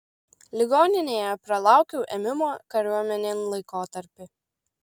ligoninėje pralaukiau ėmimo kariuomenėn laikotarpį